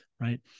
right